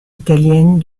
italienne